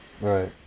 Right